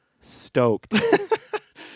stoked